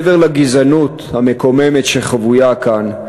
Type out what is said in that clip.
מעבר לגזענות המקוממת שחבויה כאן,